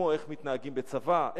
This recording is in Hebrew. כמו איך מתנהגים בצבא,